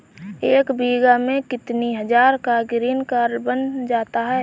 एक बीघा में कितनी हज़ार का ग्रीनकार्ड बन जाता है?